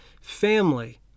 family